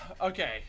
Okay